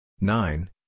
nine